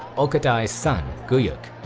ogedai's son guyuk.